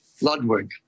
Ludwig